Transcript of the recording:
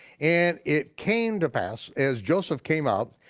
and it came to pass as joseph came out,